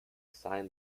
sign